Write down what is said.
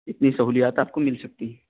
اتنی سہولیات آپ کو مل سکتی ہے